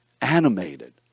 animated